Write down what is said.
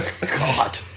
God